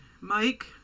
Mike